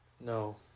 No